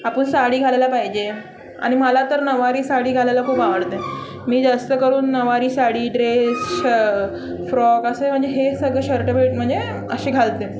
आपण साडी घालायला पाहिजे आणि मला तर नवारी साडी घालायला खूप आवडते मी जास्त करून नवारी साडी ड्रेस श फ्रॉक असे म्हणजे हे सगळं शर्ट भेट म्हणजे असे घालते